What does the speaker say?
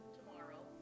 tomorrow